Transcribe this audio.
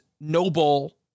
noble